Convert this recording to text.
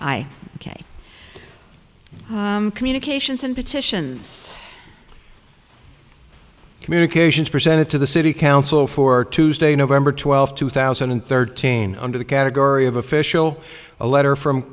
can't communications and petitions communications presented to the city council for tuesday nov twelfth two thousand and thirteen under the category of official a letter from